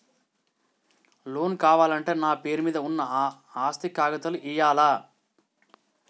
Loan కావాలంటే నా పేరు మీద ఉన్న ఆస్తి కాగితాలు ఇయ్యాలా?